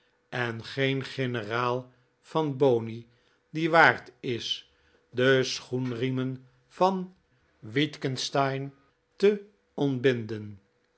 en geen generaal van boney die waard is de schoenriemen van wittgenstein te ontbinden